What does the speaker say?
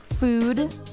Food